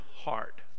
heart